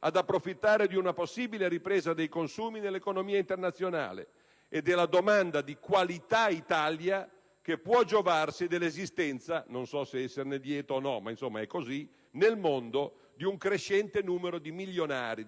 ad approfittare di una possibile ripresa dei consumi nell'economia internazionale e della domanda di qualità Italia che può giovarsi dell'esistenza - non so se esserne lieto o no, ma è così - nel mondo di un crescente numero di milionari